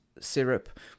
syrup